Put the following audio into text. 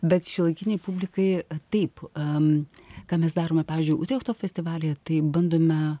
bet šiuolaikinei publikai taip ką mes darome pavyzdžiui utrechto festivalyje taip bandome